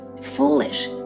foolish